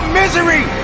misery